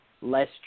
less